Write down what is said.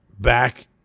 back